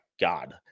god